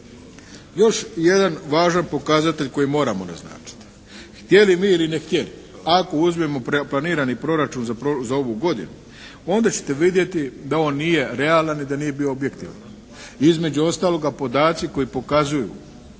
Još jedan važan pokazatelj koji moramo naznačiti, htjeli mi ili ne htjeli, ako uzmemo planirani Proračun za ovu godinu onda ćete vidjeti da on nije realan i da nije bio objektivan. Između ostaloga podaci koji pokazuju